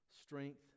strength